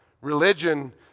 religion